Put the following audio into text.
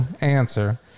answer